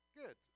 good